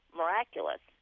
miraculous